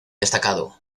destacado